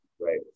right